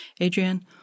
Adrienne